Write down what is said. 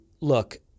look